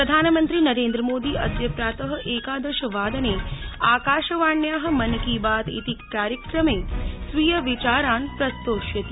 प्रधानमंत्री नरेन्द्रमोदी अद्य प्रात एकादश वादने आकाशवाण्या मन की बात कार्यक्रे स्वीय विचारान् प्रस्तोष्यति